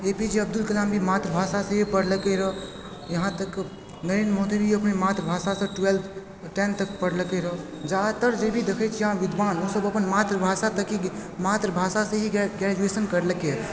ए P J Abdul Kalam भी मातृभाषासँ ही पढ़लकइ रहय यहाँ तक नरेन्द्र मोदी भी अपने मातृभाषासँ ट्वेल्थ टेन्थ तक पढ़लकै रहै जादातर अहाँ जे भी देखै छियै अहाँ विद्वान ओ सब अपन मातृभाषा तक ही मातृभाषासँ ही ग्रे ग्रेजुएशन करलकय